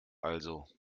also